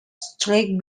straight